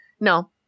no